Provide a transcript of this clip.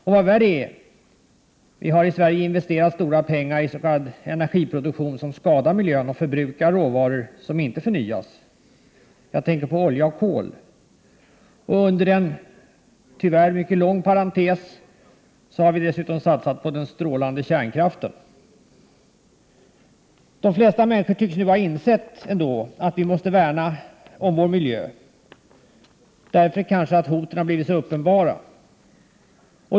Och vad värre är, vi har i Sverige investerat stora pengar i s.k. energiproduktion som skadar miljön och förbrukar råvaror som inte förnyas. Jag tänker på olja och kol. Under en tyvärr mycket lång parentes har vi dessutom satsat på den strålande kärnkraften. De flesta människor tycks nu ändå ha insett att vi måste värna om vår miljö, kanske därför att hoten har blivit så uppenbara.